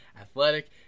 athletic